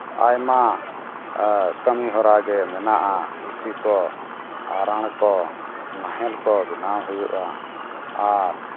ᱟᱭᱢᱟ ᱠᱟᱹᱢᱤ ᱦᱚᱨᱟ ᱜᱮ ᱢᱮᱱᱟᱜᱼᱟ ᱤᱥᱤ ᱠᱚ ᱟᱨᱟᱲ ᱠᱚ ᱱᱟᱦᱮᱞ ᱠᱚ ᱵᱮᱱᱟᱣ ᱦᱩᱭᱩᱜᱼᱟ ᱟᱨ